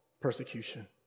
persecution